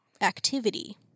activity